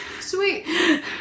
Sweet